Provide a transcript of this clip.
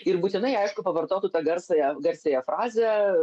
ir būtinai aišku pavartotų tą garsąją garsiąją frazę